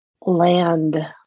land